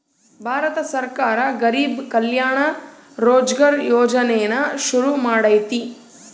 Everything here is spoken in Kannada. ಭಾರತ ಸರ್ಕಾರ ಗರಿಬ್ ಕಲ್ಯಾಣ ರೋಜ್ಗರ್ ಯೋಜನೆನ ಶುರು ಮಾಡೈತೀ